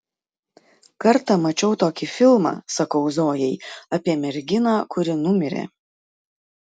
kartą mačiau tokį filmą sakau zojai apie merginą kuri numirė